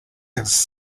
his